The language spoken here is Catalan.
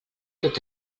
tot